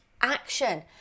action